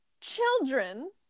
children